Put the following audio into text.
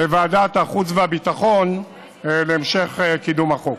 לוועדת החוץ והביטחון להמשך קידום החוק.